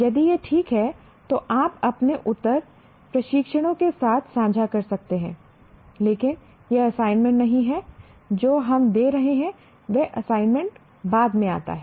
यदि यह ठीक है तो आप अपने उत्तर प्रशिक्षकों के साथ साझा कर सकते हैं लेकिन यह असाइनमेंट नहीं है जो हम दे रहे हैं वह असाइनमेंट बाद में आता है